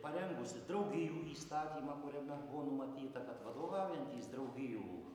parengusi draugijų įstatymą kuriame buvo numatyta kad vadovaujantys draugijų